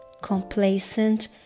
complacent